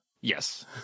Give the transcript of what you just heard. Yes